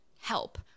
help